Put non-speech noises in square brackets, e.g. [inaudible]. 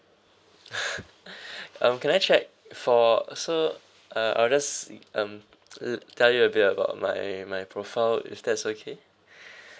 [laughs] um can I check for so uh I'll just um let tell you a bit about my my profile if that's okay